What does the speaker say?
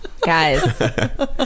guys